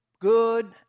good